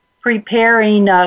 preparing